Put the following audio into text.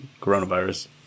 coronavirus